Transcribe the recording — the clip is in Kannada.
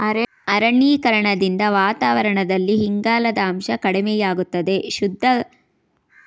ಅರಣ್ಯೀಕರಣದಿಂದ ವಾತಾವರಣದಲ್ಲಿ ಇಂಗಾಲದ ಅಂಶ ಕಡಿಮೆಯಾಗುತ್ತದೆ, ಶುದ್ಧವಾದ ಗಾಳಿ ಸಿಗುವುದರಿಂದ ಜನರ ಜೀವಿತಾವಧಿ ಹೆಚ್ಚಾಗುತ್ತದೆ